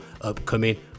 upcoming